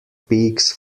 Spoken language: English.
peaks